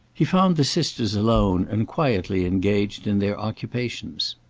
he found the sisters alone and quietly engaged in their occupations.